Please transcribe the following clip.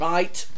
Right